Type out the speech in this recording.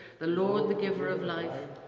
the lord the giver of life,